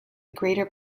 greater